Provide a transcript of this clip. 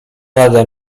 nade